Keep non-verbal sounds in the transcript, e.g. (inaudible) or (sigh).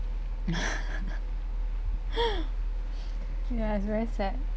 (laughs) ya it's very sad